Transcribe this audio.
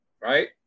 right